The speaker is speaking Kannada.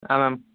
ಹಾಂ ಮ್ಯಾಮ್